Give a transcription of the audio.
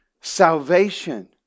salvation